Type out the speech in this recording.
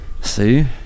See